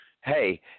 hey